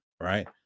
right